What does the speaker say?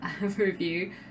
review